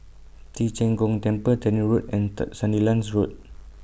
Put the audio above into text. Ci Zheng Gong Temple Tannery Road and Third Sandilands Road